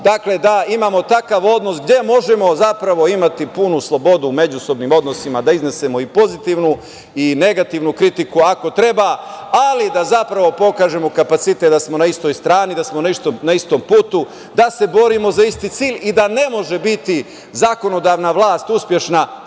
Dakle, da imamo takav odnos gde možemo zapravo imati punu slobodu u međusobnim odnosima, da iznesemo i pozitivnu i negativnu kritiku ako treba, ali da zapravo pokažemo kapacitet da smo na istoj strani, da smo na istom putu, da se borimo za isti cilj i da ne može biti zakonodavna vlast uspešna